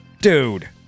Dude